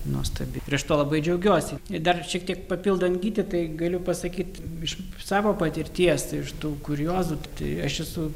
nuostabi prieš to labai džiaugiuosi ir dar šiek tiek papildant gytį tai galiu pasakyt iš iš savo patirties iš tų kuriozų tiktai aš esu